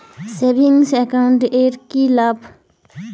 Savings account এর কি লাভ?